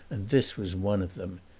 and this was one of them.